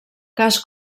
cas